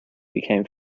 became